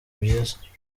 byiza